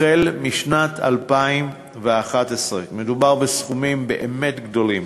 החל בשנת 2011. מדובר בסכומים באמת גדולים.